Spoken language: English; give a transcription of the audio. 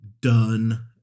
done